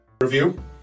Review